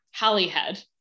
Hollyhead